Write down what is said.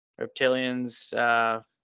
Reptilians